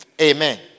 Amen